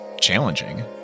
challenging